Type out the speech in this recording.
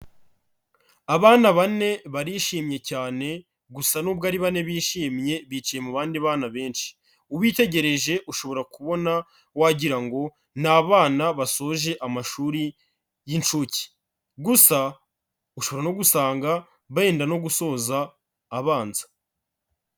Abana bane barishimye cyane gusa nubwo ari bane bishimye bicaye mu bandi bana benshi, ubitegereje ushobora kubona wagira ngo ni abana basoje amashuri y'inshuke, gusa ushobora no gusanga benda no gusoza abanza.